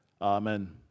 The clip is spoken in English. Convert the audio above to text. Amen